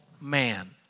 man